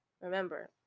Remember